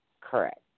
Correct